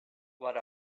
what